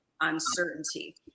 uncertainty